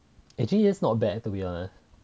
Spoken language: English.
actually that's not bad to be honest